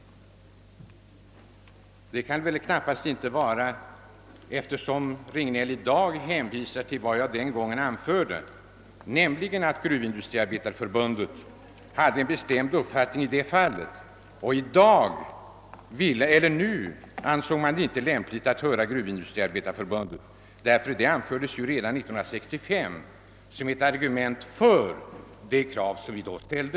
I dag hänvisar herr Regnéll till att jag 1965 angav att Gruvindustriarbetareförbundet hade en bestämd upp fattning i denna fråga. Man ansåg det tydligen inte nu lämpligt att höra förbundet, eftersom dess inställning redan 1965 anfördes som ett argument för det krav som vi då ställde.